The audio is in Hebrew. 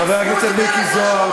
חבר הכנסת מיקי זוהר,